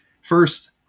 first